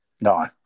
No